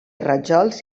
rajols